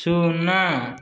ଶୂନ